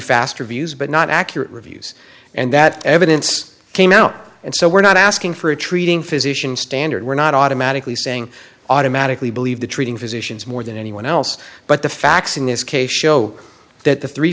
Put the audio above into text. fast reviews but not accurate reviews and that evidence came out and so we're not asking for a treating physician standard we're not automatically saying automatically believe the treating physicians more than anyone else but the facts in this case show that the three